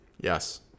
Yes